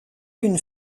une